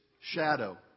shadow